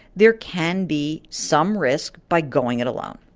there can be some risk by going it alone